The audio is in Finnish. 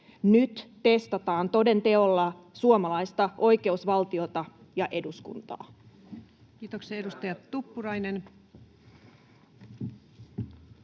Nyt testataan toden teolla suomalaista oikeusvaltiota ja eduskuntaa. Kiitoksia. — Edustaja Tuppurainen.